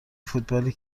فوتبالی